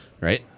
Right